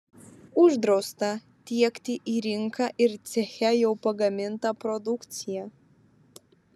uždrausta tiekti į rinką ir ceche jau pagamintą produkciją